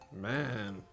Man